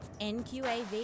NQAV